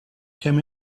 came